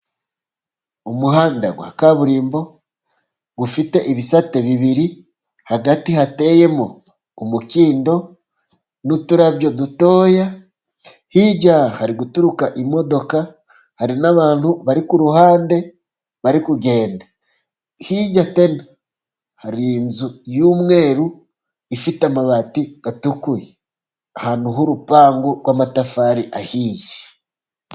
Umuhanda wa kaburimbo ufite ibisate bibiri, hagati hateyemo umukindo n'uturabyo dutoya, hirya hari guturuka imodoka, hari n'abantu bari ku ruhande bari kugenda. Hirya tena hari inzu y'umweru ifite amabati atukura ahantu h'urupangu rw'amatafari ahiye.